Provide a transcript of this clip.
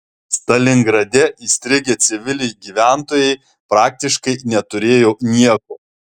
stalingrade įstrigę civiliai gyventojai praktiškai neturėjo nieko